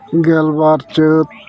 ᱜᱮᱞᱵᱟᱨ ᱪᱟᱹᱛ